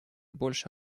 больше